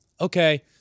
okay